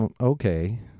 okay